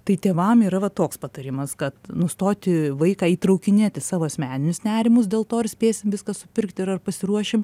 tai tėvam yra va toks patarimas kad nustoti vaiką įtraukinėt į savo asmeninius nerimus dėl to ar spėsim viską supirkti ir ar pasiruošim